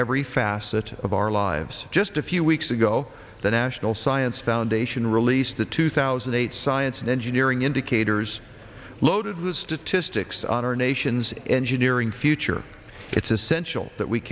every facet of our lives just a few weeks ago the national science foundation released the two thousand and eight science and engineering indicators loaded with statistics on our nation's engineering future it's essential that we